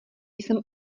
jsem